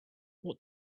what